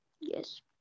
Yes